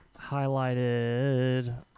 highlighted